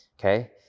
Okay